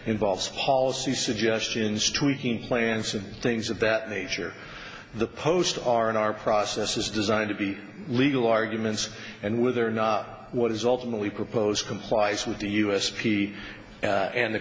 involves policy suggestions tweaking plans and things of that nature the post are in our process is designed to be legal arguments and whether or not what is ultimately proposed complies with the us p and the